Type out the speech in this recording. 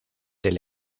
del